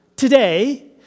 Today